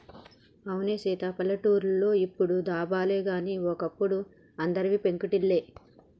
అవునే సీత పల్లెటూర్లో ఇప్పుడు దాబాలు గాని ఓ అప్పుడు అందరివి పెంకుటిల్లే